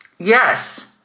Yes